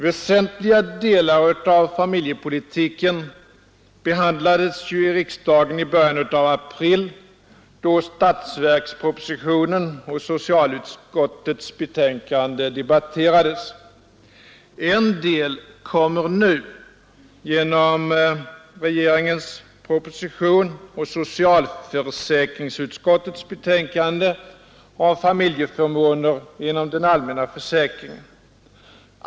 Väsentliga delar av familjepolitiken behandlades i riksdagen i början av april, då statsverkspropositionen och socialutskottets betänkande debatterades. En del kommer nu genom regeringens proposition och socialförsäkringsutskottets betänkande om familjeförmåner inom den allmänna försäkringen.